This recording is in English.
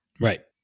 right